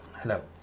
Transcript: Hello